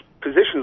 positions